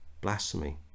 blasphemy